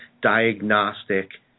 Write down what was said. diagnostic